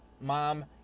mom